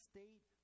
State